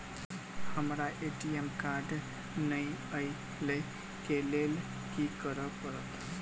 हमरा ATM card नै अई लई केँ लेल की करऽ पड़त?